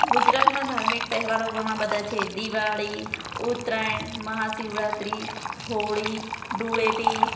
ગુજરાતના ધાર્મિક તહેવારો ઘણા બધા છે દિવાળી ઉત્તરાયણ મહાશિવરાત્રિ હોળી ધૂળેટી